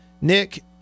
Nick